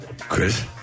Chris